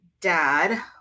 dad